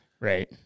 right